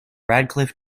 radcliffe